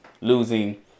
losing